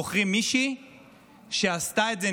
בוחרים מישהי שעשתה את זה,